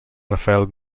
rafael